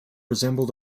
resembled